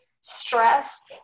stress